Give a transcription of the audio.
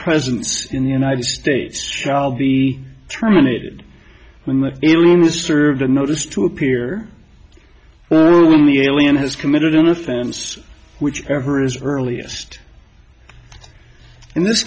presence in the united states shall be terminated when the illness serve the notice to appear well when the alien has committed an offense which ever is earliest in this